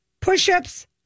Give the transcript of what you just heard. push-ups